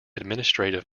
administrative